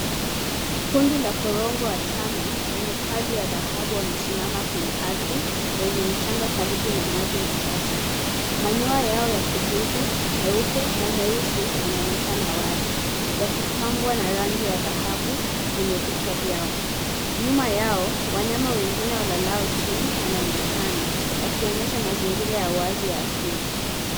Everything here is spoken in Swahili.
Kundi la korongo watano wenye taji ya dhahabu wamesimama kwenye ardhi yenye mchanga karibu na maji machache . Manyoya yao ya kijivu , meupe na meusi yanaonekana wazi yakipambwa na rangi ya dhahabu kwenye vichwa vyao . Nyuma yao , wanyama wengine walalao chini wanaonekana wakionyesha mazingira ya wazi ya asili.